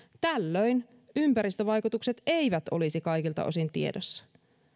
tällöin ympäristövaikutukset eivät olisi kaikilta osin tiedossa